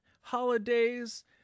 holidays